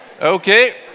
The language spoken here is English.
Okay